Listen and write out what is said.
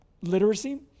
literacy